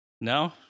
No